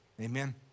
Amen